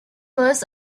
was